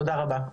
תודה רבה.